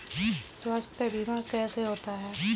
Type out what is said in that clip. स्वास्थ्य बीमा कैसे होता है?